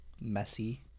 messy